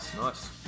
nice